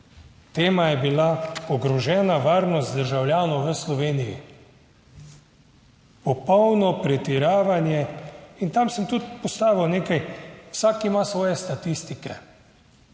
Tema je bila Ogrožena varnost državljanov v Sloveniji! Popolno pretiravanje. In tam sem tudi postavil nekaj. Vsak ima svoje statistike.